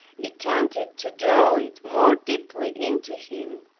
it tended to draw it more deeply into him.